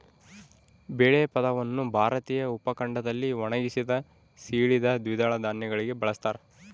ಬೇಳೆ ಪದವನ್ನು ಭಾರತೀಯ ಉಪಖಂಡದಲ್ಲಿ ಒಣಗಿಸಿದ, ಸೀಳಿದ ದ್ವಿದಳ ಧಾನ್ಯಗಳಿಗೆ ಬಳಸ್ತಾರ